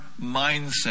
mindset